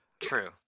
True